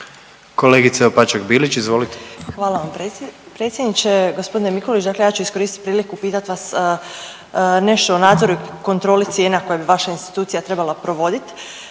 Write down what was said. Kolegice Opačak Bilić, izvolite. **Opačak Bilić, Marina (Nezavisni)** Hvala vam. G. Mikulić, dakle ja ću iskoristit priliku i pitat vas nešto o nadzoru i kontroli cijena koje bi vaša institucija trebala provoditi,